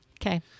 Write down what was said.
Okay